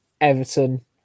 Everton